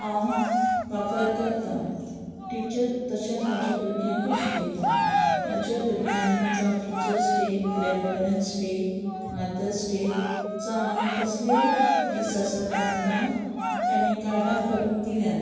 हांव वापर करतां टिचर्स तशेंच म्हज्या भुरग्यांकूय शिकयतां म्हज्या भुरग्यांनी जावं teachers day grandparents day mothers day जावं आनी कसलेय दीस आसात तांकां तांणी कार्डां करून दिल्यात